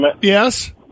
Yes